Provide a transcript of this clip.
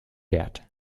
wert